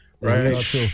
right